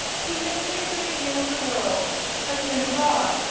he has seen a great deal of the world has been abroad,